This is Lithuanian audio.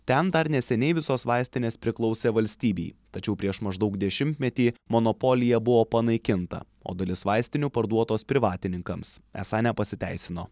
ten dar neseniai visos vaistinės priklausė valstybei tačiau prieš maždaug dešimtmetį monopolija buvo panaikinta o dalis vaistinių parduotos privatininkams esą nepasiteisino